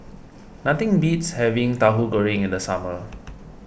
nothing beats having Tahu Goreng in the summer